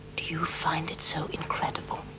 do you find it so incredible